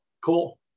Cool